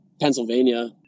Pennsylvania